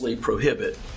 prohibit